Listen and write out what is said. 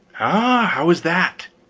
ah! how is that?